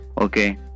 Okay